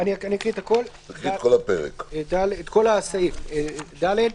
יש סעיף אחד שהוא הסעיף הכללי להתקנת התקנות,